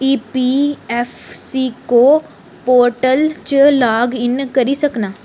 इ P F C portal च log in करी सकना